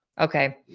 Okay